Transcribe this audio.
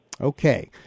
Okay